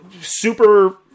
super –